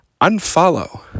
Unfollow